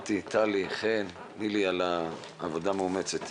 לטלי, לנילי ולחן על העבודה המאומצת.